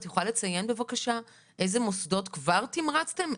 את יכולה לציין בבקשה אילו מוסדות אתם כבר תמרצתם?